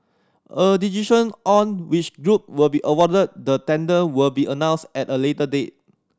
a decision on which group will be awarded the tender will be announced at a later date